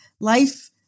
life